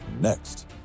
next